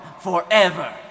forever